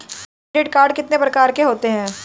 Credit card कितने प्रकार के होते हैं?